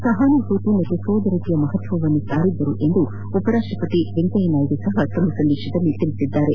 ಸಹಾನುಭೂತಿ ಮತ್ತು ಸಹೋದರತೆಯ ಮಹತ್ವವನ್ನು ಸಾರಿದರು ಎಂದು ಉಪರಾಷ್ಟಪತಿ ವೆಂಕಯ್ಯನಾಯ್ದು ಸಹ ತಮ್ನ ಸಂದೇಶದಲ್ಲಿ ತಿಳಿಸಿದ್ದಾರೆ